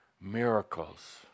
miracles